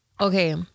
Okay